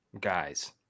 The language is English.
guys